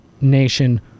nation